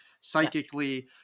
psychically